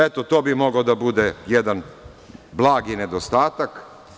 Eto, to bi mogao da bude jedan blagi nedostatak.